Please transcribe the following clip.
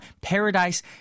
Paradise